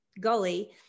gully